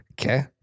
Okay